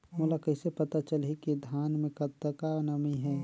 मोला कइसे पता चलही की धान मे कतका नमी हे?